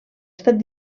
estat